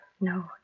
No